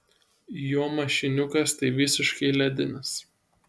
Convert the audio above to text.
jo mašiniukas tai visiškai ledinis